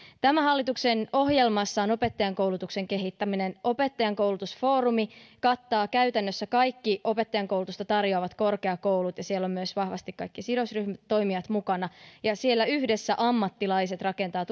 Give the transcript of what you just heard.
tämän hallituksen ohjelmassa on opettajankoulutuksen kehittäminen opettajankoulutusfoorumi kattaa käytännössä kaikki opettajankoulutusta tarjoavat korkeakoulut ja siellä on vahvasti myös kaikki sidosryhmätoimijat mukana ja siellä yhdessä ammattilaiset rakentavat